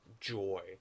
joy